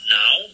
now